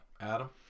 Adam